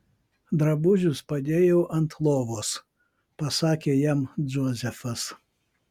drabužius padėjau ant lovos pasakė jam džozefas